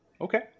Okay